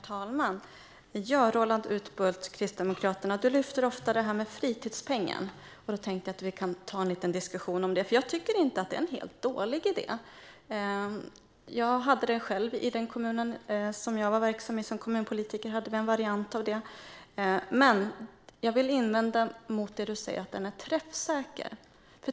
Herr talman! Roland Utbult från Kristdemokraterna lyfter ofta upp frågan om fritidspengen. Jag tänkte att vi därför kan ta en diskussion om den. Jag tycker inte att fritidspengen är en helt dålig idé. Den fanns i en variant i den kommun jag själv var verksam i som kommunpolitiker. Men jag vill invända mot att den skulle vara träffsäker.